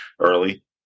early